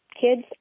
kids